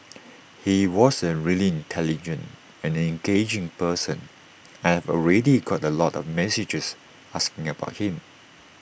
he was an really intelligent and engaging person I have already got A lot of messages asking about him